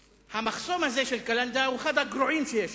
המחסום הזה של קלנדיה הוא אחד הגרועים שיש